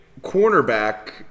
cornerback